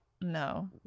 no